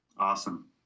Awesome